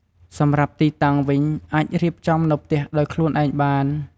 សម្រាប់ទីតាំងវិញអាចរៀបចំនៅផ្ទះដោយខ្លួនឯងបាន។